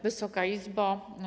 Wysoka Izbo!